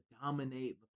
dominate